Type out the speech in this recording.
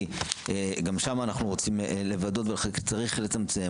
כי גם שם אנחנו רוצים לוודא וצריך לצמצם.